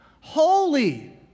Holy